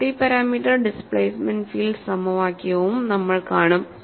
multi parameter displacement field സമവാക്യവും നമ്മൾ കാണും